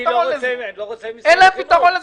באמת אין להם פתרון לזה.